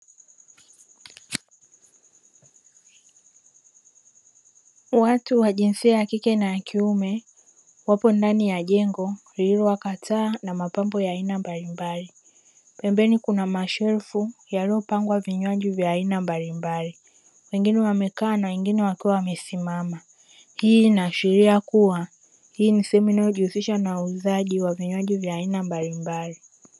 Watu wa jinsia ya kike na kiume wapo ndani ya jengo lililowaka taa na mapambo ya aina mbalimbali, pembeni kuna mashelfu yaliyopangwa vinywaji vya aina mbalimbali wengine wamekaa na wengine wakiwa wamesimama, hii inaashiria kuwa hii ni sehemu inayojihusisha na uuzaji wa vinywaji vya aina mbalimbali.